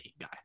guy